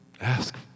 ask